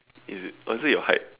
is it or is it your height